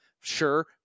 Sure